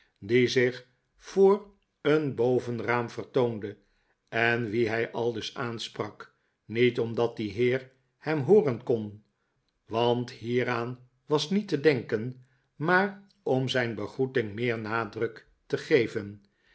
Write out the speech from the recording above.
die zich voor een bovenraam vertoonde en wien hij aldus aansprak niet omdat die heer hem hooren kon want hieraan was niet te denken maar om zijn begroeting meer nadruk te geven